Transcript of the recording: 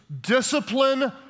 discipline